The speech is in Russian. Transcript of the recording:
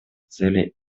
целей